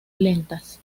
lentas